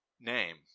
name